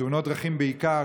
בתאונות דרכים בעיקר,